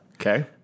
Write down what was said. Okay